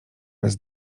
bez